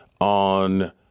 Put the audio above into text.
on